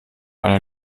eine